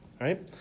right